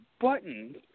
buttons